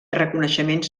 reconeixements